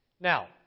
Now